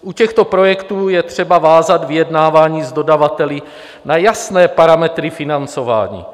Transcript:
U těchto projektů je třeba vázat vyjednávání s dodavateli na jasné parametry financování.